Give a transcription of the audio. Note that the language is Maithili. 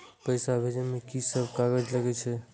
पैसा भेजे में की सब कागज लगे छै?